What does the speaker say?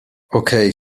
okay